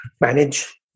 manage